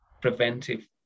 preventive